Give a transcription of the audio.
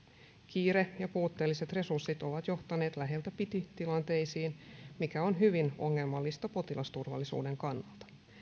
kiire ja puutteelliset resurssit ovat johtaneet läheltä piti tilanteisiin mikä on hyvin ongelmallista potilasturvallisuuden kannalta